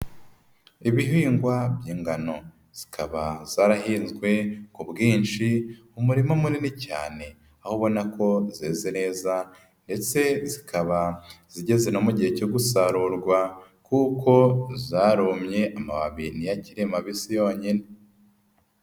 Ibihingwa by'ingano zikaba zarahinzwe ku bwinshi, umurima munini cyane aho ubona ko zeze neza ndetse zikaba zigeze no mu gihe cyo gusarurwa, kuko zarumye amababi niyo akiri mabisi yonyine.